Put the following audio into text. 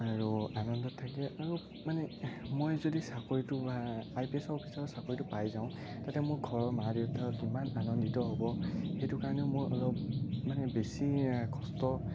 আৰু আনন্দত থাকে আৰু মানে মই যদি চাকৰিটো বা আই পি এছ অফিচাৰৰ চাকৰিটো পাই যাওঁ তাতে মোক ঘৰৰ মা দেউতাও কিমান আনন্দিত হ'ব সেইটো কাৰণে মোৰ অলপ মানে বেছি কষ্ট